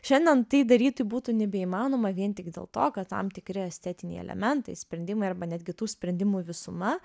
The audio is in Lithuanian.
šiandien tai daryti būtų nebeįmanoma vien tik dėl to kad tam tikri estetiniai elementai sprendimai arba netgi tų sprendimų visuma